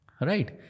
right